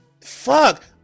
Fuck